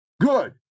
Good